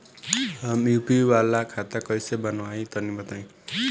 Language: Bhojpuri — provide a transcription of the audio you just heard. हम यू.पी.आई वाला खाता कइसे बनवाई तनि बताई?